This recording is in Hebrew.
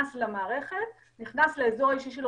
אין דבר במעגל החיים של הציבור במדינת